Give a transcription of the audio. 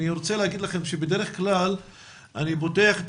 אני רוצה לומר לכם שבדרך כלל אני פותח את